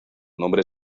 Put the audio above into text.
nombre